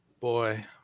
boy